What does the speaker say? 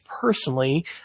personally